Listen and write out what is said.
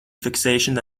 fixation